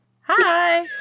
hi